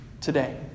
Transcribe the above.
today